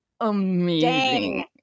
amazing